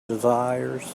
desires